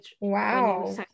Wow